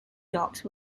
dogs